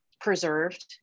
preserved